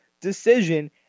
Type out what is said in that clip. decision